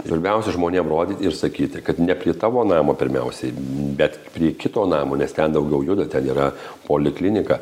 svarbiausia žmonėm rodyt ir sakyti kad ne prie tavo namo pirmiausiai bet prie kito namo nes ten daugiau juda ten yra poliklinika